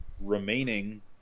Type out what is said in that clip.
remaining